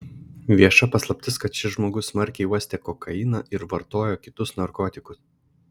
vieša paslaptis kad šis žmogus smarkiai uostė kokainą ir vartojo kitus narkotikus